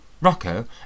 Rocco